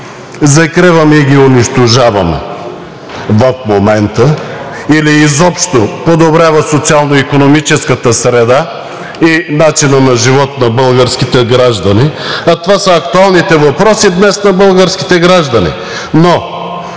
закриваме и ги унищожаваме в момента, или изобщо подобрява социално-икономическата среда и начина на живот на българските граждани, а това са актуалните въпроси днес на българските граждани.